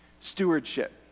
Stewardship